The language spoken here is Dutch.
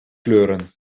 kleuren